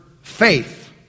faith